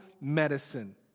medicine